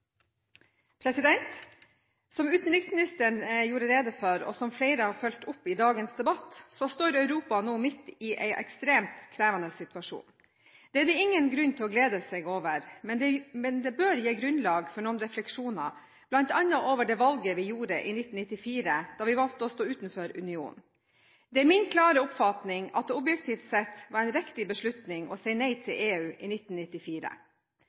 Som utenriksministeren gjorde rede for, og som flere har fulgt opp i dagens debatt, står Europa nå midt i en ekstremt krevende situasjon. Det er det ingen grunn til å glede seg over. Men det bør gi grunnlag for noen refleksjoner, bl.a. over det valget vi gjorde i 1994, da vi valgte å stå utenfor unionen. Det er min klare oppfatning at det objektivt sett var en riktig beslutning å si nei til EU i 1994.